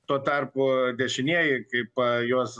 tuo tarpu dešinieji kaip juos